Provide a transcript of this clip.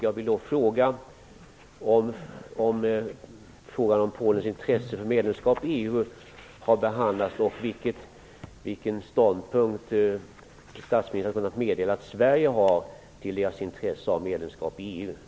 Jag vill därför fråga om frågan om Polens intresse för medlemskap i EU har behandlats och vilken ståndpunkt statsministern i så fall har meddelat att Sverige har i fråga om Polens intresse av medlemskap i EU.